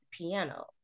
piano